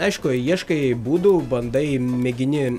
aišku ieškai būdų bandai mėgini